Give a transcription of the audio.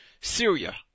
Syria